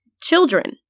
children